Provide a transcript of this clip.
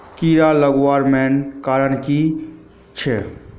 कीड़ा लगवार मेन कारण की छे?